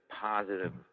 positive